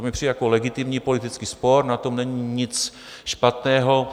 To mi přijde jako legitimní politický spor, na tom není nic špatného.